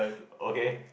okay